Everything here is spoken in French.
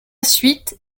suite